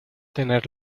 tener